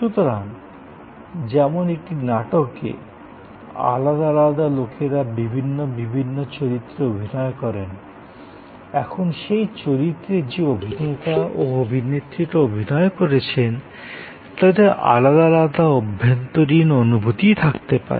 সুতরাং যেমনটি একটি নাটকে আলাদা আলাদা লোকেরা বিভিন্ন চরিত্রে অভিনয় করেন এখন সেই চরিত্রে যে অভিনেতা ও অভিনেত্রীরা অভিনয় করেছেন তাদের আলাদা আলাদা অভ্যন্তরীণ অনুভূতি থাকতে পারে